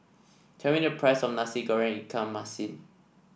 tell me the price of Nasi Goreng Ikan Masin